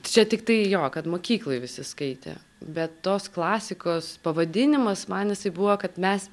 čia tiktai jo kad mokykloj visi skaitė bet tos klasikos pavadinimas man jisai buvo kad mes